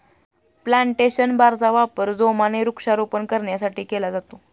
plantation बारचा वापर जोमाने वृक्षारोपण करण्यासाठी केला जातो